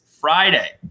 Friday